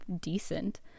decent